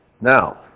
Now